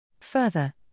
Further